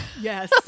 Yes